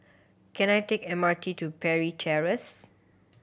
can I take M R T to Parry Terrace